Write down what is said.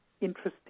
interesting